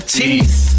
teeth